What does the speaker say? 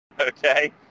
Okay